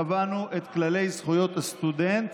קבענו את כללי זכויות הסטודנט,